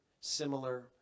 Similar